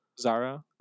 Zara